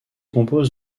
compose